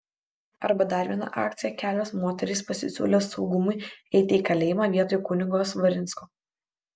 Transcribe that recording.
arba dar viena akcija kelios moterys pasisiūlė saugumui eiti į kalėjimą vietoj kunigo svarinsko